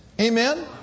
Amen